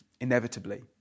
inevitably